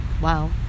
Wow